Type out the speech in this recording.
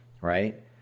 Right